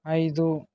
ఐదు